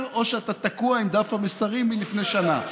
או שאתה תקוע עם דף המסרים מלפני שנה.